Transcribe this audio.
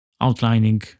outlining